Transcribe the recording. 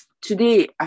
today